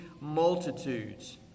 multitudes